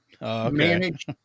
manage